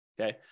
okay